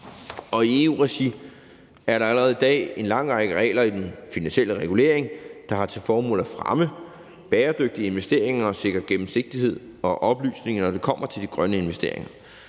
I EU-regi er der allerede i dag en lang række regler i den finansielle regulering, der har til formål at fremme bæredygtige investeringer og sikre gennemsigtighed og oplysning, når det kommer til de grønne investeringer.